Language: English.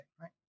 right